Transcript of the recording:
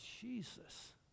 Jesus